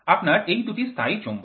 আপনার এই দুটি স্থায়ী চৌম্বক